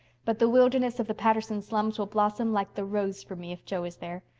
but the wilderness of the patterson slums will blossom like the rose for me if jo is there.